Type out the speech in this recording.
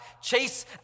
Chase